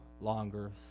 longer